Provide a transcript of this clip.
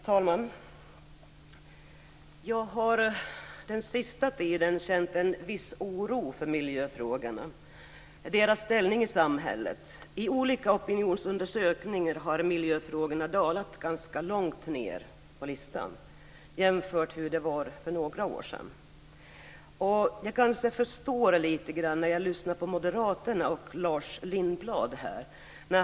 Herr talman! Jag har den senaste tiden känt en viss oro för miljöfrågorna och deras ställning i samhället. I olika opinionsundersökningar har miljöfrågorna dalat och hamnat ganska långt ned på listan jämfört med hur det var för några år sedan. Jag kanske förstår lite grann när jag lyssnar på moderaterna och Lars Lindblad.